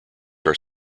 are